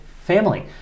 family